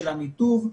של הניתוב,